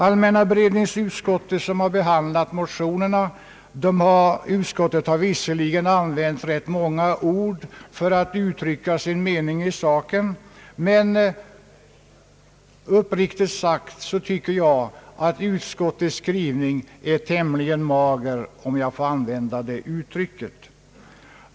Allmänna beredningsutskottet som behandlat motionerna har visserligen använt rätt många ord för att uttrycka sin mening i saken, men uppriktigt sagt tycker jag att utskottets skrivning är tämligen mager, om jag får använda det uttrycket.